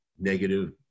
negative